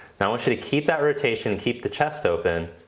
now i want you to keep that rotation, keep the chest open.